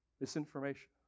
Misinformation